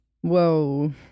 Whoa